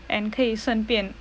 and 可以顺便